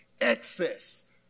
excess